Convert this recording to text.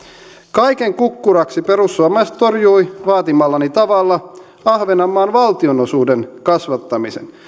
kaiken kukkuraksi perussuomalaiset torjuivat vaatimallani tavalla ahvenanmaan valtionosuuden kasvattamisen